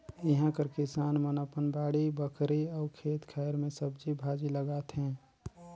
इहां कर किसान मन अपन बाड़ी बखरी अउ खेत खाएर में सब्जी भाजी लगाथें